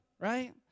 Right